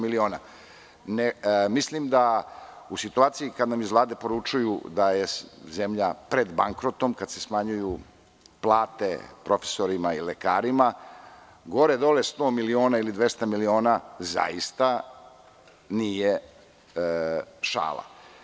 Mislim da u situaciji kada nam iz Vlade poručuju da je zemlja pred bankrotom kada se smanjuju plate profesorima i lekarima, gore dole 100 ili 200 miliona zaista nije šala.